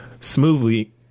smoothly